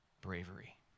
bravery